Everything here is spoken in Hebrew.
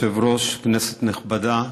כבוד היושב-ראש, כנסת נכבדה,